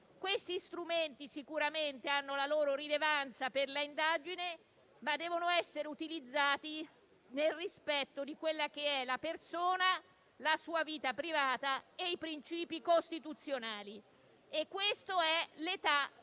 questi hanno sicuramente la loro rilevanza per l'indagine, ma devono essere utilizzati nel rispetto della persona, della sua vita privata e dei principi costituzionali. Questa è l'età della